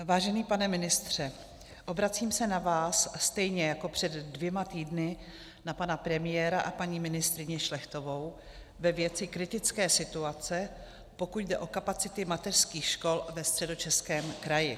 Vážený pane ministře, obracím se na vás stejně jako před dvěma týdny na pana premiéra a paní ministryni Šlechtovou ve věci kritické situace, pokud jde o kapacity mateřských škol ve Středočeském kraji.